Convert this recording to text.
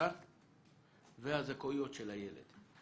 קצר והזכאויות של הילד.